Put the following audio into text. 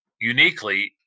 Uniquely